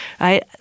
right